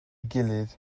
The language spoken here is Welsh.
gilydd